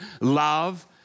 love